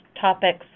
topics